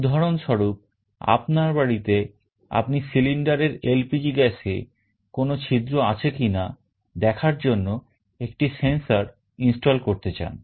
উদাহরণ স্বরূপ আপনার বাড়িতে আপনি cylinderএর LPG gasএ কোন ছিদ্র আছে কিনা দেখার জন্য একটা sensor install করতে চান